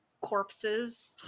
corpses